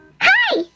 Hi